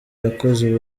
yakoze